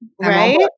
Right